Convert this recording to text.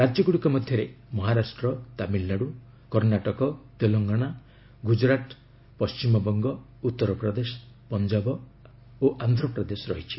ରାଜ୍ୟଗୁଡ଼ିକ ମଧ୍ୟରେ ମହାରାଷ୍ଟ୍ର ତାମିଲନାଡ଼ୁ କର୍ଣ୍ଣାଟକ ତେଲେଙ୍ଗାନା ଗୁକୁରାଟ ପଣ୍ଟିମବଙ୍ଗ ଉତ୍ତରପ୍ରଦେଶ ପଞ୍ଜାବ ଆନ୍ଧ୍ରପ୍ରଦେଶ ରହିଛି